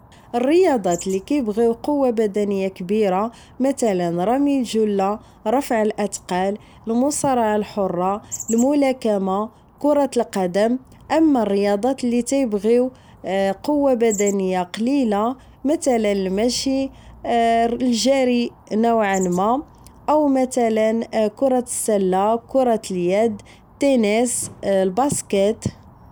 الرياضات اللي كيبغيو قوة بدنية كبيرة مثلا رمي الجلة رفع الاتقال المصارعة الحرة الملاكمة كرة القدم اما الرياضات اللي كيبغيو قوة بدنية قليلة مثلا المشي الجري نوعا ما او مثلا كرة السلة كرة اليد التنس الباسكيت